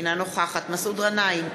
אינה נוכחת מסעוד גנאים,